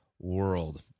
world